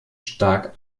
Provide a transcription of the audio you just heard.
stark